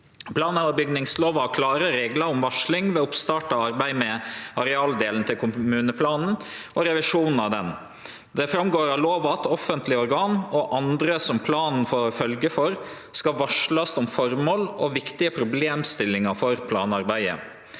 Plan- og bygningslova har klare reglar om varsling ved oppstart av arbeid med arealdelen til kommuneplanen og revisjonen av han. Det går fram av lova at offentlege organ og andre som planen får følgjer for, skal varslast om føremål og viktige problemstillingar for planarbeidet.